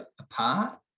apart